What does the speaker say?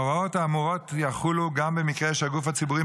ההוראות האמורות יחולו גם במקרה שהגוף הציבורי